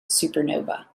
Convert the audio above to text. supernova